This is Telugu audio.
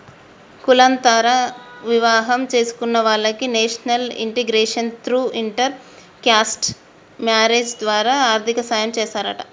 కులాంతర వివాహం చేసుకున్న వాలకి national integration through inter caste marriage ద్వారా ఆర్థిక సాయం చేస్తారంట